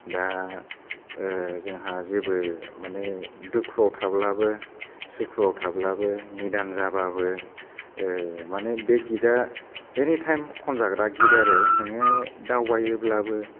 दा जोंहा जेबो माने दुखुवाव थाब्लाबो सुखुवाव थाब्लाबो निदान जाब्लाबो माने बे गिता एनिटाइम खनजाग्रा गित आरो नोङो दावबायोब्लाबो